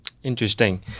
Interesting